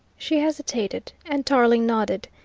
she hesitated, and tarling nodded.